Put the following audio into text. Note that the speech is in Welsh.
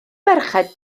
merched